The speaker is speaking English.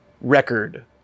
record